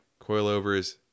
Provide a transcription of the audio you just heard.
coilovers